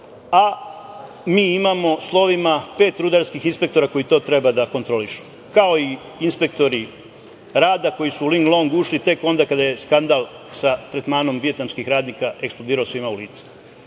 a mi imamo slovima pet rudarskih inspektora koji to treba da kontrolišu, kao i inspektori rada koji su u "Ling Long" ušli tek onda kada je skandal sa tretmanom vijetnamskih radnika eksplodirao svima u